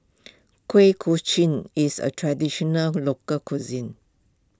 Kuih Kochi is a Traditional Local Cuisine